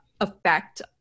effect